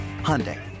Hyundai